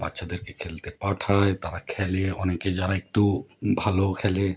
বাচ্ছাদেরকে খেলতে পাঠায় তারা খেলে অনেকে যারা একটু ভালো খেলে